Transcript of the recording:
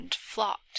flocked